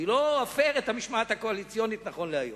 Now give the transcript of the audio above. אני לא אפר את המשמעת הקואליציונית, נכון להיום.